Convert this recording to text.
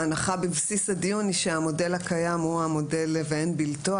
הנחה בבסיס הדיון היא שהמודל הקיים הוא המודל ואין בלתו.